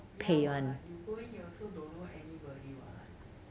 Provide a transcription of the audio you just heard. ya what you go in you also don't know anybody what